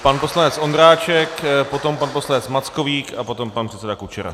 Pan poslanec Ondráček, potom pan poslanec Mackovík a potom pan předseda Kučera.